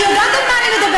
אני יודעת על מה אני מדברת.